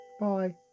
bye